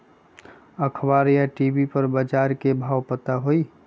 अखबार या टी.वी पर बजार के भाव पता होई?